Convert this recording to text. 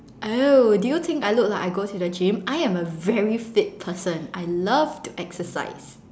oh do you think I look like I go to the gym I am a very fit person I love to exercise